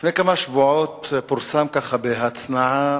לפני כמה שבועות פורסם, ככה בהצנעה,